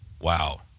wow